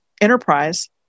enterprise